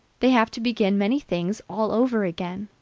they have to begin many things all over again.